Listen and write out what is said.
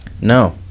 No